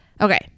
Okay